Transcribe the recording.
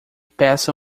peça